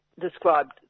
described